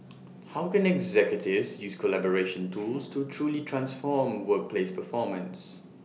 how can executives use collaboration tools to truly transform workplace performance